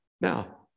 Now